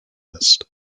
list